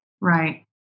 Right